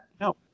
No